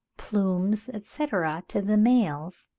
plumes, etc, to the males,